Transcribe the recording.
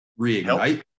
reignite